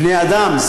בני-אדם,